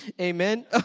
amen